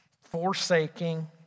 forsaking